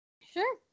Sure